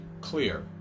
clear